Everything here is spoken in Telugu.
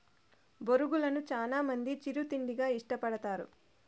బొరుగులను చానా మంది చిరు తిండిగా ఇష్టపడతారు